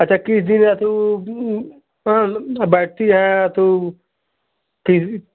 अच्छा किस दिन अथु बैठती हैं अथु कि